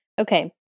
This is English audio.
Okay